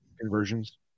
conversions